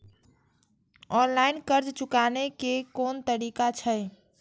Online कर्ज चुकाने के कोन तरीका छै?